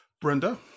Brenda